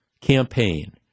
campaign